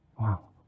wow